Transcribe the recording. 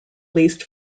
least